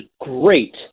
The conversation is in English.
great